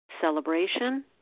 celebration